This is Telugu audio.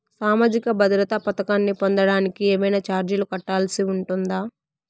సామాజిక భద్రత పథకాన్ని పొందడానికి ఏవైనా చార్జీలు కట్టాల్సి ఉంటుందా?